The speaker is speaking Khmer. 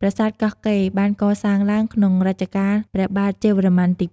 ប្រាសាទកោះកេរ បានកសាងឡើងក្នុងរជ្ជកាលព្រះបាទជ័យវរ្ម័នទី៥